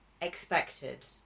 expected